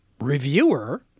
reviewer